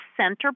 center